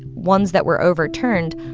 ones that were overturned,